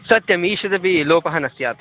सत्यम् ईषदपि लोपः न स्यात्